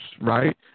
right